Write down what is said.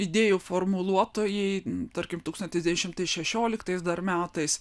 idėjų formuluotojai tarkim tūkstantis devyni šimtai šešioliktais dar metais